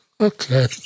okay